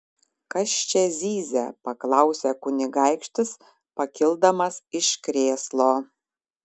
kas čia zyzia paklausė kunigaikštis pakildamas iš krėslo